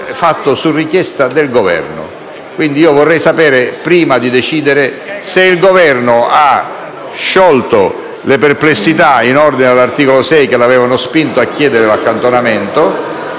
fatto su richiesta del Governo. Vorrei quindi sapere se il Governo ha sciolto le perplessità in ordine all'articolo 6 che lo avevano spinto a chiedere l'accantonamento